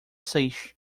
seis